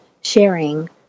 sharing